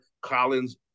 Collins